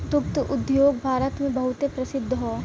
दुग्ध उद्योग भारत मे बहुते प्रसिद्ध हौ